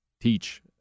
teach